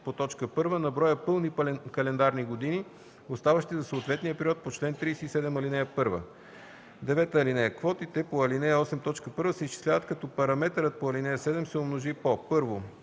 по т. 1 на броя пълни календарни години, оставащи за съответния период по чл. 37, ал. 1. (9) Квотите по ал. 8, т. 1 се изчисляват, като параметърът по ал. 7 се умножи по: 1.